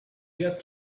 get